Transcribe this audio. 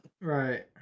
right